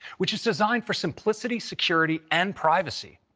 which is designed for simplicity security and privacy.